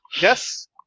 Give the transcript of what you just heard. Yes